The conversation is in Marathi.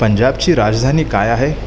पंजाबची राजधानी काय आहे